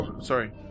sorry